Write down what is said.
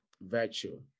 virtue